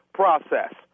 process